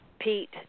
Pete